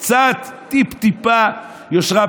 קצת, טיפ-טיפה, יושרה פנימית.